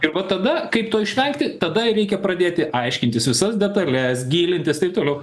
ir va tada kaip to išvengti tada ir reikia pradėti aiškintis visas detales gilintis taip toliau